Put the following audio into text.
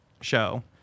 show